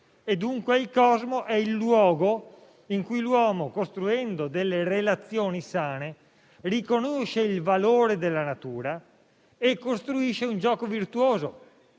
è dunque il luogo in cui l'uomo, costruendo delle relazioni sane, riconosce il valore della natura e costruisce un gioco virtuoso.